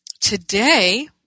today